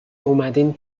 اومدین